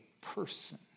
person